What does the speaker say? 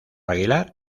aguilar